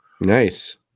Nice